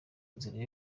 nzira